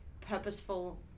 purposeful